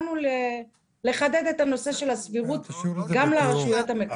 באנו לחדד את הנושא של הסבירות גם לרשויות המקומיות.